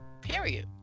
period